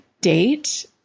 date